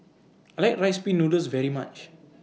I like Rice Pin Noodles very much